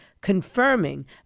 confirming